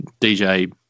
DJ